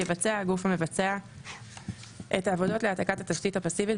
יבצע הגוף המבצע את העבודות להעתקת התשתית הפסיבית,